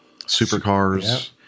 supercars